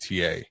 TA